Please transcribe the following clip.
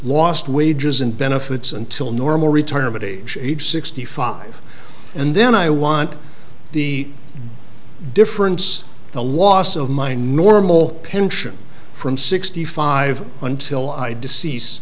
lost wages and benefits until normal retirement age age sixty five and then i want the difference the loss of my normal pension from sixty five until i decease